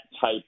type